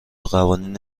قوانین